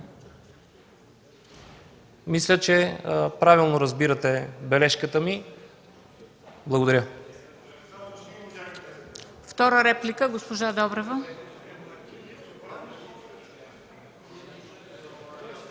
Мисля, че правилно разбирате бележката ми. Благодаря.